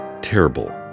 terrible